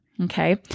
Okay